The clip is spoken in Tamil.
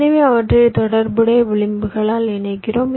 எனவே அவற்றை தொடர்புடைய விளிம்புகளால் இணைக்கிறோம்